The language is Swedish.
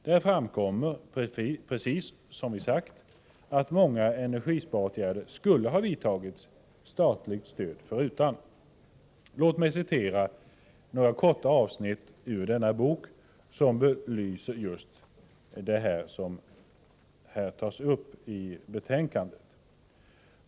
Där visas att många energisparåtgärder, precis som vi har sagt, skulle ha vidtagits, statligt stöd förutan. Låt mig citera några korta avsnitt ur boken, vilka belyser just vad som tas upp i betänkandet.